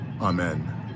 Amen